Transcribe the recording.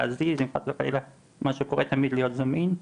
להזיז, אם משהו חלילה קורה, תמיד להיות זמין.